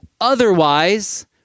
Otherwise